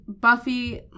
Buffy